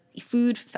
food